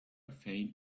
faint